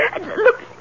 Look